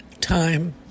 time